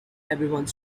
everyone